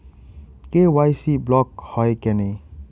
KYC block হয় কেনে?